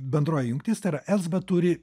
bendroji jungtis tai yra elsbet turi